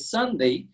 Sunday